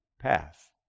path